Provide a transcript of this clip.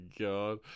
god